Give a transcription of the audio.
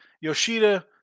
Yoshida